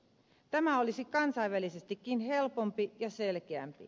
tämä olisi kansainvälisestikin helpompi ja selkeämpi